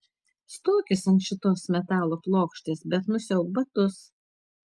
stokis ant šitos metalo plokštės bet nusiauk batus